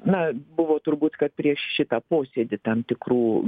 na buvo turbūt kad prieš šitą posėdį tam tikrų